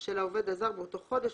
של העובד הזר באותו חודש,